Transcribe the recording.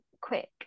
quick